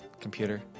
Computer